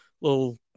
little